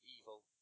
evil